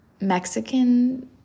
Mexican